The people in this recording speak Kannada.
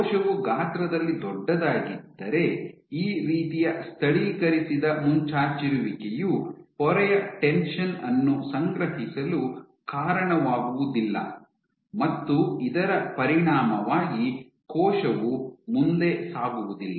ಕೋಶವು ಗಾತ್ರದಲ್ಲಿ ದೊಡ್ಡದಾಗಿದ್ದರೆ ಈ ರೀತಿಯ ಸ್ಥಳೀಕರಿಸಿದ ಮುಂಚಾಚಿರುವಿಕೆಯು ಪೊರೆಯ ಟೆನ್ಷನ್ ಅನ್ನು ಸಂಗ್ರಹಿಸಲು ಕಾರಣವಾಗುವುದಿಲ್ಲ ಮತ್ತು ಇದರ ಪರಿಣಾಮವಾಗಿ ಕೋಶವು ಮುಂದೆ ಸಾಗುವುದಿಲ್ಲ